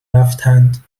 رفتند